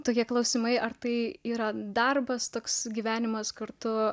tokie klausimai ar tai yra darbas toks gyvenimas kartu